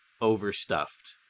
overstuffed